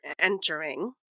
entering